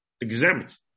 exempt